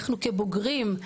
אנחנו כבוגרים,